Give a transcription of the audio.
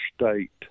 state